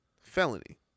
Felony